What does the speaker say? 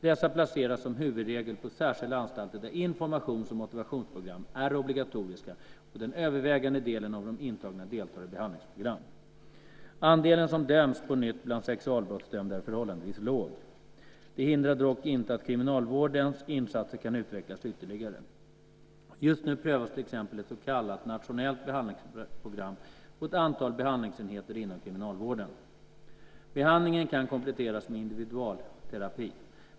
Dessa placeras som huvudregel på särskilda anstalter där informations och motivationsprogram är obligatoriska, och den övervägande delen av de intagna deltar i behandlingsprogram. Andelen som döms på nytt bland sexualbrottsdömda är förhållandevis liten. Det hindrar dock inte att kriminalvårdens insatser kan utvecklas ytterligare. Just nu prövas till exempel ett så kallat nationellt behandlingsprogram på ett antal behandlingsenheter inom kriminalvården. Behandlingen kan kompletteras med individualterapi.